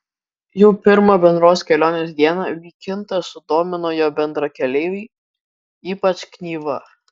jau pirmą bendros kelionės dieną vykintą sudomino jo bendrakeleiviai ypač knyva